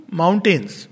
mountains